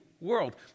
world